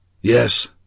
Yes